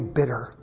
bitter